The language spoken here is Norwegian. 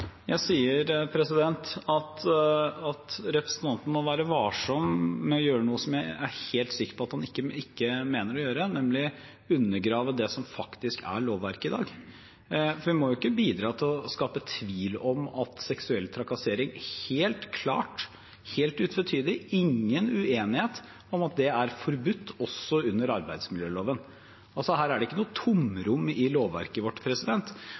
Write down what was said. Jeg sier at representanten må være varsom med å gjøre noe som jeg er helt sikker på at han ikke mener å gjøre, nemlig å undergrave det som faktisk er lovverket i dag. Vi må ikke bidra til å skape tvil om at seksuell trakassering helt klart, helt utvetydig – det er ingen uenighet om det – er forbudt også under arbeidsmiljøloven. Her er det ikke noe tomrom i lovverket vårt.